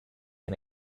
and